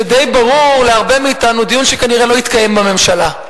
דיון שברור להרבה מאתנו שכנראה לא התקיים בממשלה.